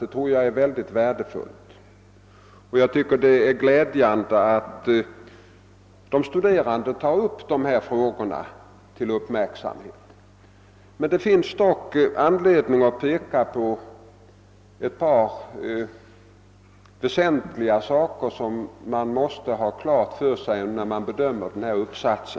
Det är mycket värdefullt, och det är glädjande att de studerande uppmärksammar dessa frågor. Det finns dock anledning att peka på ett par väsentliga förhållanden, som man måste vara på det klara med när man bedömer sådana här uppsatser.